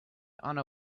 honor